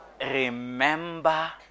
Remember